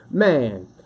Man